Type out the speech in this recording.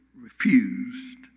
refused